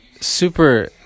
Super